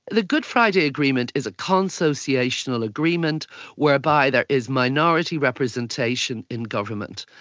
the good friday agreement is a consociational agreement whereby there is minority representation in government.